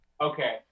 Okay